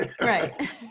right